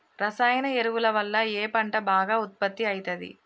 రసాయన ఎరువుల వల్ల ఏ పంట బాగా ఉత్పత్తి అయితది?